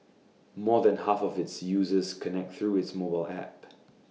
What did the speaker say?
more than half of its users connect through its mobile app